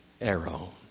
arrow